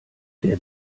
der